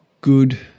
good